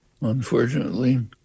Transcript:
Unfortunately